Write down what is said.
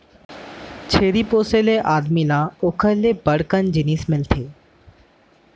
छेरी पोसे ले आदमी ल ओकर ले बड़ कन जिनिस मिलथे